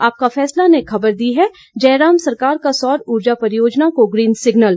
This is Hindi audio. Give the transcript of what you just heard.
आपका फैसला ने खबर दी है जयराम सरकार का सौर ऊर्जा परियोजनाओं को ग्रीन सिग्नल